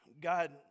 God